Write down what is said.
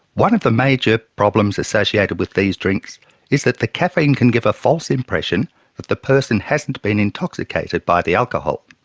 one of the major problems associated with these drinks is that the caffeine can give a false impression that the person hasn't been intoxicated by the alcohol.